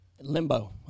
Limbo